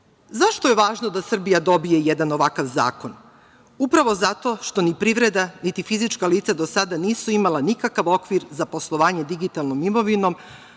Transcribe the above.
Zašto je važno da Srbija dobije jedan ovakav zakon? Upravo zato što ni privreda, niti fizička lica do sada nisu imala nikakav okvir za poslovanje digitalnom imovinom,